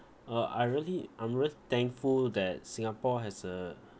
uh I really I'm really thankful that singapore has a